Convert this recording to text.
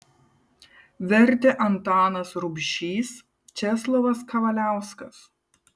vertė antanas rubšys česlovas kavaliauskas